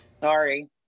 Sorry